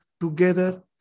together